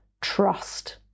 trust